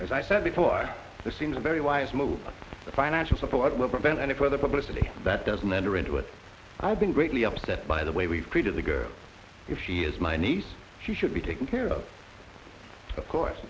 as i said before the seems a very wise move but the financial support will prevent any further publicity that doesn't enter into it i've been greatly upset by the way we've treated the girl if she is my niece she should be taken care of of course